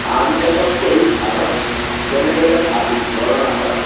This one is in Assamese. আন দেশতকৈ ভাৰত কেনেদৰে ভাল বৰ্ণনা কৰা